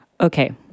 Okay